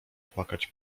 płakać